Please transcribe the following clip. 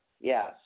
Yes